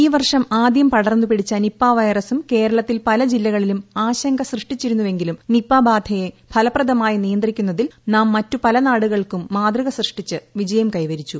ഈ വർഷം ആദ്യം പടർന്നു പിടിച്ച നിപ്പ വൈറസും കേരളത്തിൽ പല ജില്ലകളിലും ആശങ്ക സൃഷ്ടിച്ചിരുന്നുവെങ്കിലും നിപ്പ ബാധയെ ഫലപ്രദമായി നിയന്ത്രിക്കുന്നതിൽ നാം മറ്റ് പല നാടുകൾക്കും മാതൃക സൃഷ്ടിച്ച് വിജയം കൈവരിച്ചു